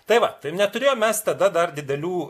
tai va neturėjom mes tada dar didelių